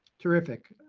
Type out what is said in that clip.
terrific.